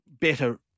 better